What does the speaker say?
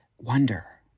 wonder